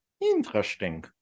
Interesting